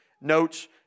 notes